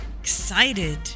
excited